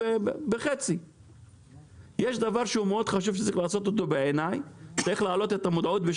ישבתי איתם, ניסיתי לשכנע אותם שייקחו